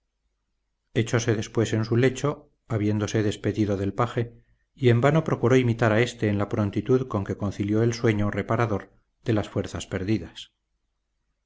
ocurriera echóse después en su lecho habiéndose despedido del paje y en vano procuró imitar a éste en la prontitud con que concilió el sueño reparador de las fuerzas perdidas